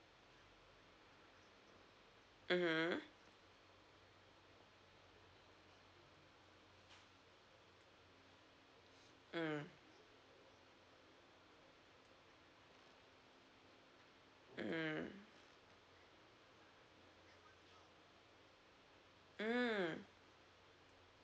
mmhmm mm mm mm